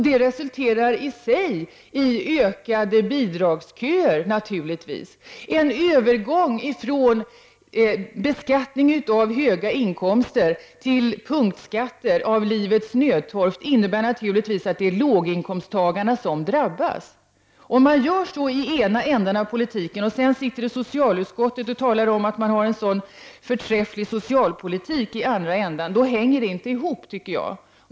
Det resulterar i sig i längre bidragsköer. En övergång från beskattning av höga inkomster till punktskatter på livets nödtorft innebär naturligtvis att det är låginkomsttagarna som drabbas. Om man gör så i den ena änden av politiken och sedan sitter i socialutskottet och talar om att man har en sådan förträfflig socialpoli tik i den andra änden, då hänger det inte ihop, tycker jag.